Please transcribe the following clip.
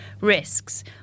risks